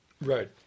right